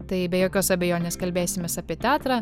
tai be jokios abejonės kalbėsimės apie teatrą